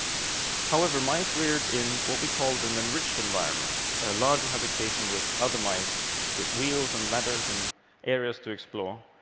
however, mice reared in what we called an enriched environment, a large habitation with other mice with wheels and ladders and areas to explore,